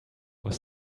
was